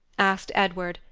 asked edward,